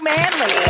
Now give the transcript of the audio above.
Manly